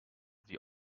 wie